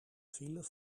file